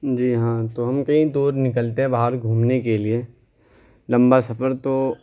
جی ہاں تو ہم کہیں دور نکلتے ہیں باہر گھومنے کے لیے لمبا سفر تو